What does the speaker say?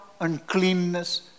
uncleanness